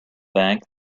bank